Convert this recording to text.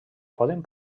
poden